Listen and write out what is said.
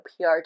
PR